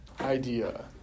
idea